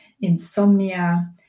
insomnia